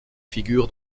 figure